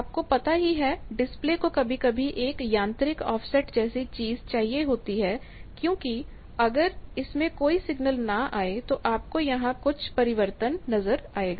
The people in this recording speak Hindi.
आपको पता ही है कि डिस्प्ले को कभी कभी एक यांत्रिक ऑफसेट जैसी चीज चाहिए होती है क्योंकि अगर इसमें कोई सिग्नल ना आए तो आपको यहां कुछ परिवर्तन नजर आएगा